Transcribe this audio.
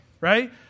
right